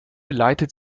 leitet